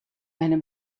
eine